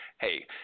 Hey